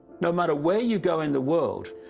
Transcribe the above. nomather were you go in the world,